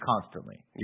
constantly